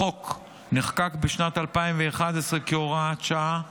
החוק נחקק בשנת 2011 כהוראת שעה,